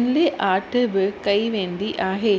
इनले art बि कई वेंदी आहे